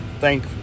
thank